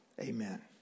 amen